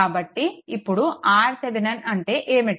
కాబట్టి ఇప్పుడు RThevenin అంటే ఏమిటి